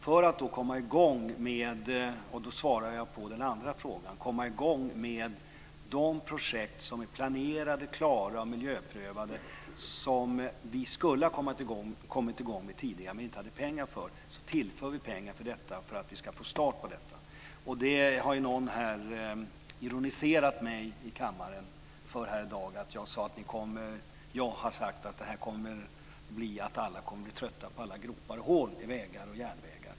För att komma i gång med - och då svarar jag på den andra frågan - de projekt som är planerade, klara och miljöprövade, som vi skulle ha kommit i gång med tidigare men inte hade pengar till, tillför vi pengar. Någon här i kammaren har ironiserat över att jag har sagt att alla kommer att bli trötta på alla gropar och hål i vägar och järnvägar.